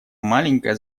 маленькая